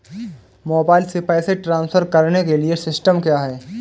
Mobile से पैसे transfer करने के लिए सिस्टम क्या है?